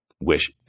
wish